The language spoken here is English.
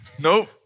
Nope